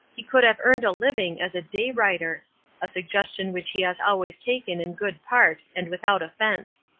he could have earned a living as a day writer a suggestion which he has always taken in good part and without offence.